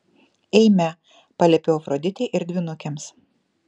eime paliepiau afroditei ir dvynukėms